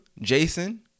Jason